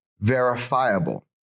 verifiable